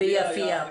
הצעיר מעילוט, ביפיע.